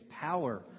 power